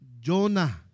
Jonah